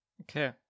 Okay